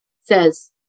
says